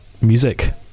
music